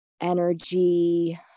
Energy